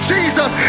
Jesus